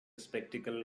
spectacle